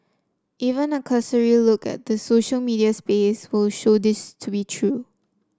even a cursory look at the social media space will show this to be true